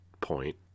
point